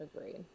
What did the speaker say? agreed